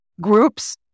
groups